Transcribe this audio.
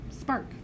spark